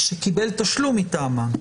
שקיבל תשלום מטעמם.